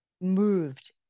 moved